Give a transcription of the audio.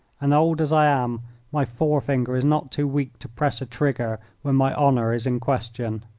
and old as i am my forefinger is not too weak to press a trigger when my honour is in question.